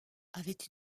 avait